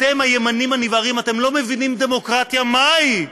אתם הימנים הנבערים, אתם לא מבינים דמוקרטיה מהי.